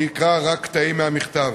אני אקרא רק קטעים מהמכתב.